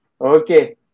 Okay